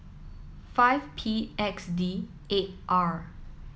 five P X D eight R